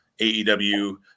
AEW